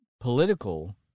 political